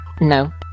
No